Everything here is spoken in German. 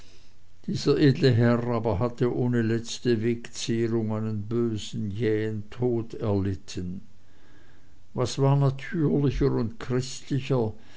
dieser edle herr aber hatte ohne letzte wegzehrung einen bösen jähen tod erlitten was war natürlicher und christlicher